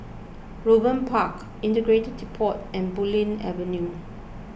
Raeburn Park Integrated Depot and Bulim Avenue